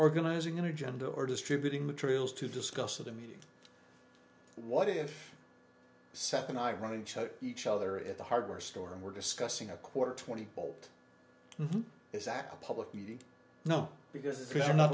organizing an agenda or distributing materials to discuss at a meeting what if seven i run into each other at the hardware store and we're discussing a quarter twenty volt is act public meeting now because if you're not